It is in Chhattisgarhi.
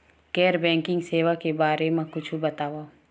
गैर बैंकिंग सेवा के बारे म कुछु बतावव?